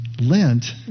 Lent